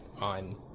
on